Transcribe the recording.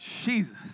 jesus